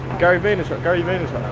gary vaynerchuk, gary vaynerchuk,